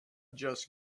just